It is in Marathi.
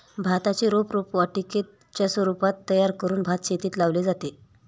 भाताचे रोप रोपवाटिकेच्या स्वरूपात तयार करून भातशेतीत लावले जाते